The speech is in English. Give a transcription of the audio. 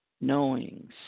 knowings